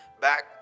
back